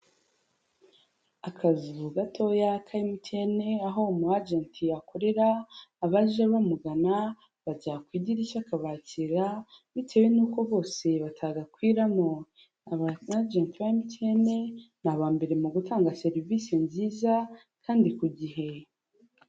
Akazu gatoya ka MTN aho umu ajenti akorera, abaje bamugana bajya ku idirishya akabakira bitewe n'uko bose batagakwiramo. Aba ajenti ba MTN ni aba mbere mu gutanga serivisi nziza kandi ku gihe.